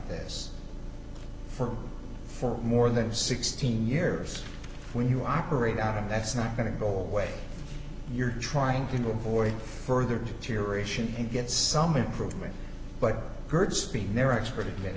this for for more than sixteen years when you operate out of that's not going to go away you're trying to avoid further deterioration and get some improvement but good speed their expertise